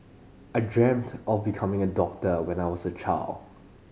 I dreamt of becoming a doctor when I was a child